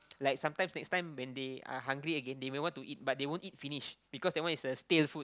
like sometime next time when they are hungry again they might want to eat but they won't eat finish because that one is a stale food